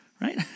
right